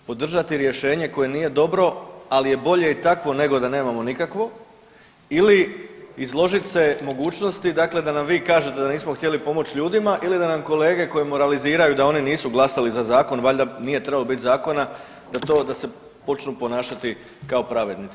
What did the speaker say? Podržati rješenje koje nije dobro, ali je bolje i takvo nego da nemamo nikakvo ili izložiti se mogućnosti dakle da nam vi kažete da nismo htjeli pomoći ljudima ili da nam kolege koji moraliziraju da oni nisu glasali za zakon, valjda nije trebalo biti zakona, da to, da se počnu ponašati kao pravednici.